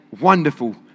wonderful